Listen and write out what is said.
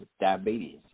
diabetes